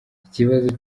ikibazo